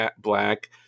black